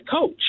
coach